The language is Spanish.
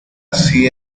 así